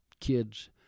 kids